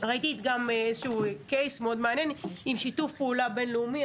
ראיתי מקרה מאוד מעניין עם שיתוף פעולה בינלאומי.